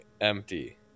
empty